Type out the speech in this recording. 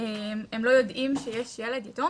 הם לא יודעים שיש ילד יתום